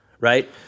right